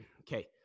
okay